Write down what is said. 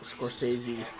Scorsese